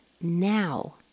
now